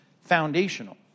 foundational